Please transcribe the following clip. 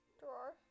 drawer